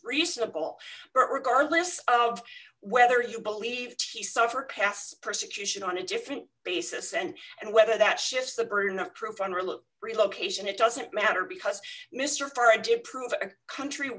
reasonable but regardless of whether you believe he suffered past persecution on a different basis and and whether that shifts the burden of proof and relook relocation it doesn't matter because mr farrer did prove a country